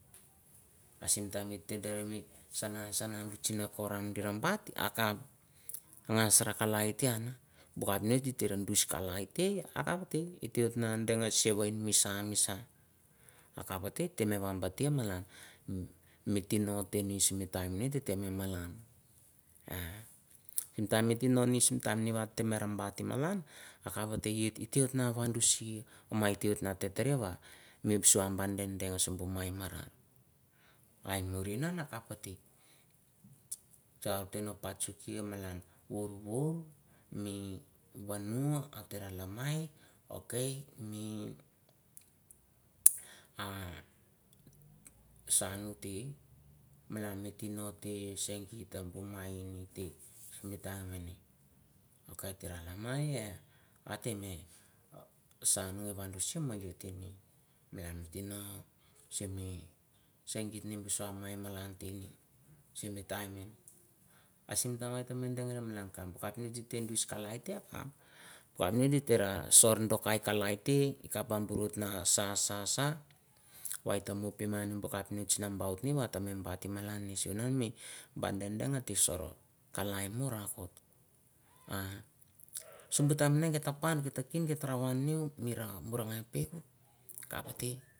Sim taim at dere mi sana sana bu sih na kor ah bat akap ngas rakalai ian bu kepnits gite ra bu kalai te akap va te git deng et misaan akap vate te wam bat malan mi tino tenis mi taim me ti tino malan. Sim taim mi tino nis mi va tem bat i malan akap va te it duan gi si ma iate tere va vi bu so deng deng simbu ma i mara mai marinan akapate chachi kuki malan vorvor mi vanu ate ra lamai okay mi san uti malan tino te sengi bu mai ite simi taim okay etara namei ate me sane va git ne malan tino se mi segit ne mi bu so malan te simitiam asim tiam va te deng malan ka bu kepnits ti te dis kalai te akap va ngi ater a sor a kalai te gi kap te burut na sa sa sa va et ah mop ngan bu kepnits nambaut nge vaton mi bat i malana si ngu ba deng deng ate sor kalai ma rakot simbu taim me ne gite pan git ah kin git ah va niu mira murgei bit kapte.